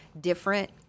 different